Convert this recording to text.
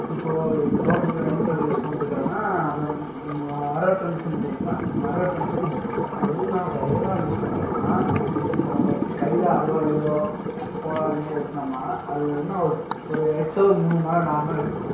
இப்போது எங்கள் தோட்டத்துக்கு நான் என்ன கருவி யூஸ் பண்ணிகிட்டிருக்குறேன்னா நம் மா மரம் வெட்டுற மிஷின்னு தெரியுங்களா மர வெட்டுற மிஸின் யூஸ் பண்ணுறேன் அது எதுக்குன்னால் அது எதனால யூஸ் பண்ணுறேன்னா இப்போ நம்ம கையில் அருவாள்லேயோ கோடாரிலியோ வெட்டினோம்னா அது என்ன ஒரு ஒரு எக்ஸ்ட்ரா ஒரு மூணு மணி நேரம் நாலு மணி நேரம் எடுத்துக்கும்